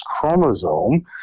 chromosome